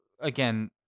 again